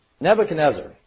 Nebuchadnezzar